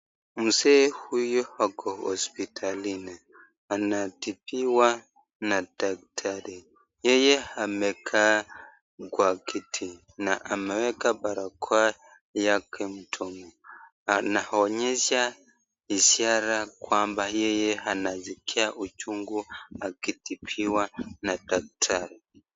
Mzee huyu ako hospitalini. Anatibiwa na daktari. Yeye amekaa kwa kiti na ameweka barakoa yake mdomo. Anaonyesha ishara kwamba yeye anaskia uchungu akitibiwa na daktari.